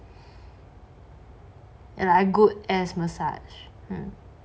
and I good as massage